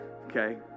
Okay